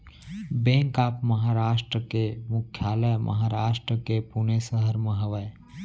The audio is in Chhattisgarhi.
बेंक ऑफ महारास्ट के मुख्यालय महारास्ट के पुने सहर म हवय